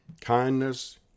kindness